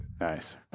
Nice